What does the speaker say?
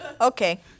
Okay